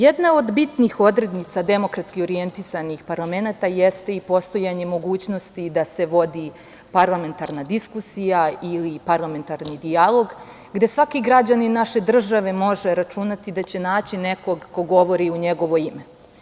Jedna od bitnih odrednica demokratski orijentisanih parlamenata jeste i postojanje mogućnosti da se vodi parlamentarna diskusija ili parlamentarni dijalog, gde svaki građanin naše države može računati da će naći nekog ko govori u njegovo ime.